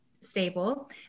stable